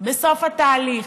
בסוף התהליך,